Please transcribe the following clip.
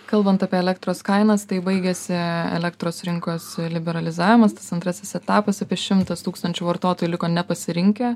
kalbant apie elektros kainas tai baigėsi elektros rinkos liberalizavimas tas antrasis etapas apie šimtas tūkstančių vartotojų liko nepasirinkę